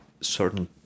certain